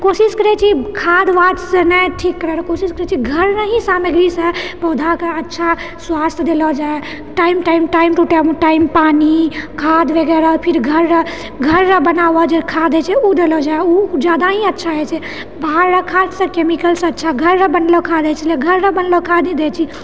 कोशिश करैत छी खाद्य वाद से नहि ठीक करै लए कोशिश करैत छी घरमे ही सादगीसँ पौधाके अच्छा स्वास्थ्य देलो जाए time time time to time time पानि खाद्य वगैरह फिर घर घरमे बना हुआ जे खाद्य होइत छै ओ देलो जाए ओ जादा ही अच्छा होइत छै बाहरके खाद्यसँ कैमिकलसँ अच्छा घरक बनलो खाद्य होइत छै इसलिए घरक बनलो खाद्य ही दए छी